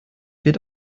wird